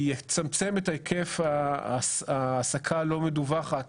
יצמצם את היקף העסקה הלא מדווחת